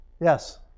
Yes